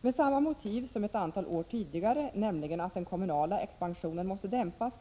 Med samma motiv som ett antal år tidigare, nämligen att den kommunala expansionen måste dämpas,